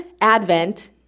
Advent